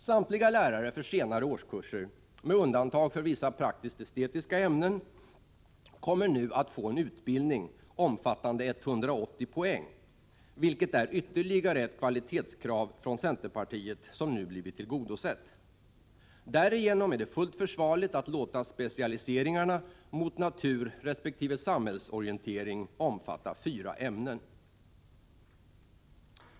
Samtliga lärare för senare årskurser, med undantag för vissa praktiskt estetiska ämnen, kommer nu att få en utbildning omfattande 180 poäng, vilket innebär att ytterligare ett kvalitetskrav från centerpartiet nu blir tillgodosett. Därigenom är det fullt försvarligt att låta specialiseringarna mot naturresp. samhällsorientering omfatta fyra ämnen.